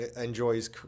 enjoys